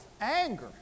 anger